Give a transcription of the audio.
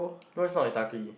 Bronze not is ugly